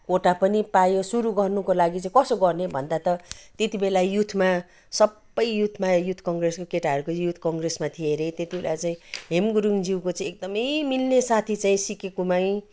कोटा पनि पायो सुरु गर्नुको लागि चाहिँ कसो गर्ने भन्दा त त्यति बेला युथमा सबै युथमा युथ कङ्ग्रेसको केटाहरू को युथ कङ्ग्रेसमा थिए अरे त्यति बेला चाहिँ हेम गुरुङज्यू को चाहिँ एकदमै मिल्ने साथी चाहिँ सिके कुमाई